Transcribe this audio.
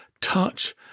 touch